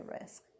risk